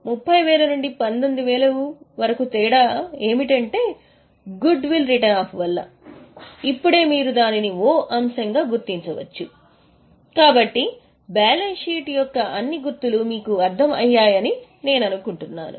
కాబట్టి 30 నుండి 19 వరకు తేడా ఏమిటంటే గుడ్ విల్ రిటెన్ ఆఫ్ వల్ల ఇప్పుడే మీరు దానిని 'O' అంశంగా గుర్తించవచ్చు కాబట్టి బ్యాలెన్స్ షీట్ యొక్క అన్ని గుర్తులు మీరు అర్థం చేసుకున్నారని నేను ఆశిస్తున్నాను